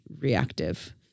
reactive